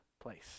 place